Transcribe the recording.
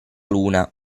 luna